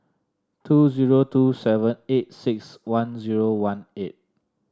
two zero two seven eight six one zero one eight